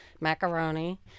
macaroni